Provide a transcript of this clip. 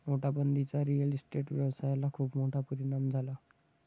नोटाबंदीचा रिअल इस्टेट व्यवसायाला खूप मोठा परिणाम झाला